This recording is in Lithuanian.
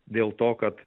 dėl to kad